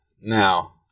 Now